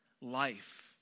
life